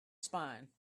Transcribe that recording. spine